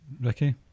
Ricky